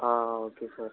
ஆ ஆ okay sir